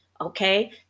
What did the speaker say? okay